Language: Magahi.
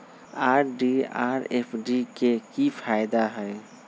आर.डी आ एफ.डी के कि फायदा हई?